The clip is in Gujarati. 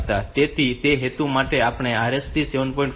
તેથી તે હેતુ માટે આપણે આ RST 7